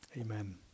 Amen